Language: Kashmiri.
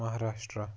مہاراشٹرا